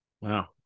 Wow